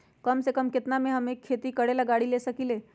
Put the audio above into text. कम से कम केतना में हम एक खेती करेला गाड़ी ले सकींले?